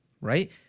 right